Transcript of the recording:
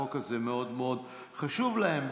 החוק הזה מאוד מאוד חשוב להם,